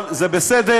אבל זה בסדר.